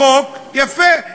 החוק יפה.